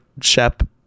Shep